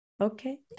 Okay